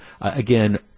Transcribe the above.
again